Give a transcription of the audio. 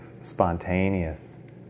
spontaneous